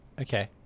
Okay